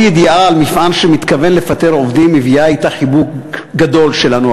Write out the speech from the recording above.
כל ידיעה על מפעל שמתכוון לפטר עובדים מביאה אתה חיבוק גדול שלנו,